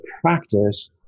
practice